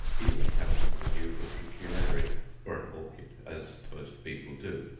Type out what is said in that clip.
even counting the new utricularia for an orchid, as most people do,